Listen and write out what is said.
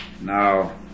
Now